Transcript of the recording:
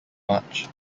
march